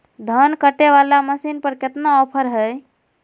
धान कटे बाला मसीन पर कितना ऑफर हाय?